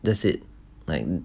that's it like